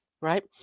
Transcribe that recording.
right